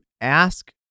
ask